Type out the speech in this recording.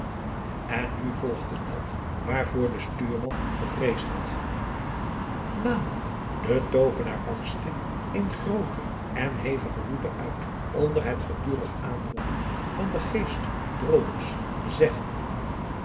en nu volgde dat waarvoor de stuurman gevreesd had namelijk de toovenaar barstte in groote en hevige woede uit onder het gedurig aanroepen van den geest drollos zeggende